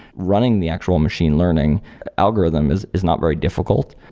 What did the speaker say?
running the actual machine learning algorithm is is not very difficult.